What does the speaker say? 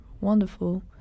wonderful